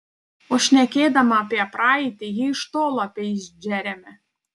o šnekėdama apie praeitį ji iš tolo apeis džeremį